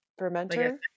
Fermenter